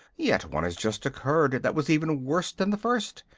yet one has just occurred that was even worse than the first.